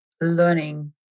learning